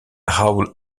raoul